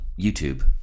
YouTube